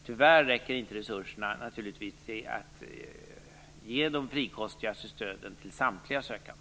Tyvärr räcker inte resurserna för att ge de frikostigaste stöden till samtliga sökanden.